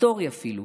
היסטורי אפילו,